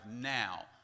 now